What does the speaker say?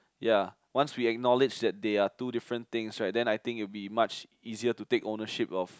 ya once we acknowledge that they are two different things right then I think it will be much easier to take ownership of